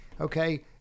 okay